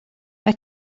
mae